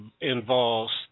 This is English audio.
involves